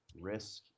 risk